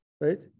right